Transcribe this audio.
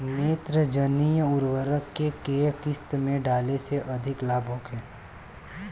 नेत्रजनीय उर्वरक के केय किस्त में डाले से अधिक लाभ होखे?